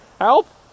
help